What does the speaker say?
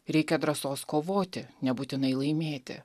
reikia drąsos kovoti nebūtinai laimėti